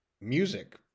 music